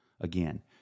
again